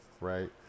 Right